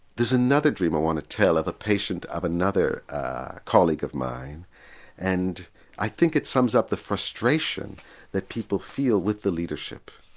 there's another dream i want to tell of a patient of another colleague of mine and i think it sums up the frustration that people feel with the leadership.